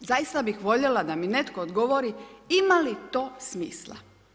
Zaista bih voljela da mi netko odgovori ima li to smisla.